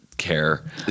Care